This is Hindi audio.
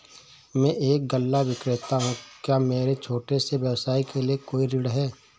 मैं एक गल्ला विक्रेता हूँ क्या मेरे छोटे से व्यवसाय के लिए कोई ऋण है?